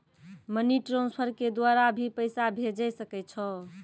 Money transfer के द्वारा भी पैसा भेजै सकै छौ?